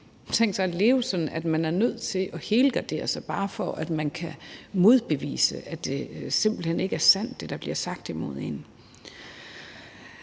Tænk sig at leve sådan, at man er nødt til at helgardere sig bare for at kunne modbevise det, der bliver sagt imod en.